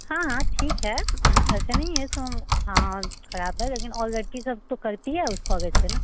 हाँ हाँ ठीक है ऐसा नहीं है सों हाँ ख़राब है लेकिन और लड़की सब तो करती हैँ उस कॉलेज से ना